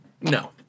No